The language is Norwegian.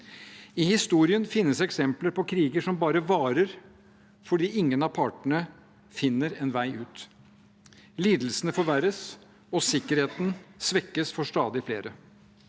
I historien finnes eksempler på kriger som bare varer fordi ingen av partene finner en vei ut. Lidelsene forverres, og sikkerheten svekkes for stadig flere.